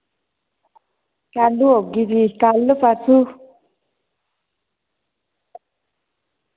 कैलू औगी फ्ही कल परसू